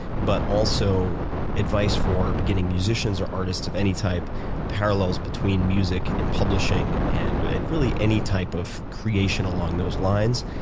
but also advice for beginning musicians or artists of any type, the parallels between music and publishing, and and really any type of creation along those lines,